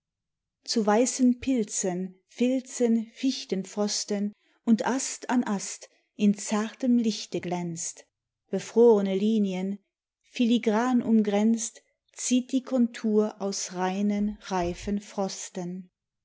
zu weißen pilzen filzen fichtenpfosten und ast an ast in zartem lichte glänzt befrorne linien filigran umgrenzt zieht die kontur aus reinen reifen frosten